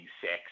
sex